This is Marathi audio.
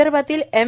विदर्भातील एम